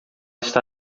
está